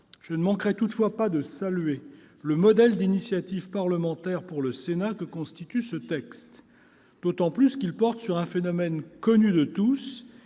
Je ne manquerai toutefois pas de saluer le modèle d'initiative parlementaire pour le Sénat que constitue ce texte, d'autant plus que celui-ci porte sur un phénomène, qui est connu de tous